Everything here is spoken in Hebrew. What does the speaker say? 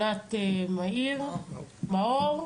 ענת מאור,